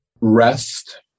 rest